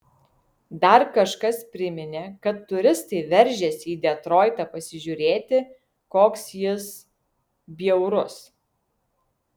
dar kažkas priminė kad turistai veržiasi į detroitą pasižiūrėti koks jis bjaurus